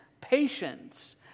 Patience